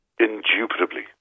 Indubitably